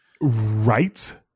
Right